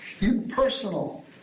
impersonal